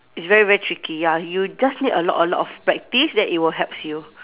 it's very very tricky ya you just need a lot a lot of practice then it will helps you